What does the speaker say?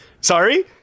Sorry